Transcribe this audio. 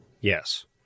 Yes